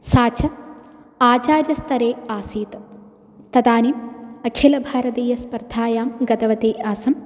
सा च आचार्यस्तरे आसीत् तदानीम् अखिलभारतीयस्पर्धायां गतवती आसम्